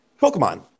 Pokemon